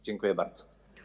Dziękuję bardzo.